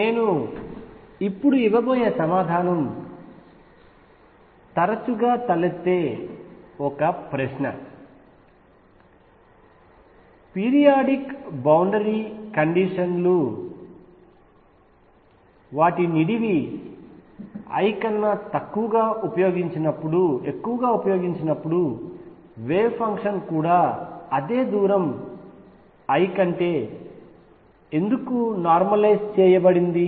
నేను ఇప్పుడు ఇవ్వబోయే సమాధానం తరచుగా తలెత్తే ఒక ప్రశ్న ఒక ప్రశ్నకి చెందినది పీరియాడిక్ బౌండరీ కండిషన్లు నిడివి l కంటే ఎక్కువగా ఉపయోగించినప్పుడు వేవ్ ఫంక్షన్ కూడా అదే దూరం l కంటే ఎందుకు నార్మలైజ్ చేయబడింది